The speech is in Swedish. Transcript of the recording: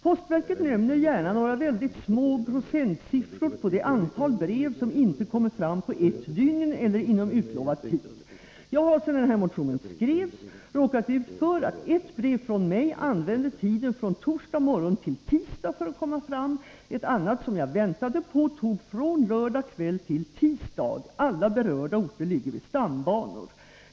Postverket nämner gärna några mycket små procentsiffror på det antal brev som inte kommer fram på ett dygn eller inom utlovad tid. Jag har sedan jag skrev min motion råkat ut för att ett brev från mig använde tiden från torsdag morgon till tisdag för att komma fram, ett annat som jag väntade på tog från lördag kväll till tisdag. Alla berörda orter ligger vid stambanor.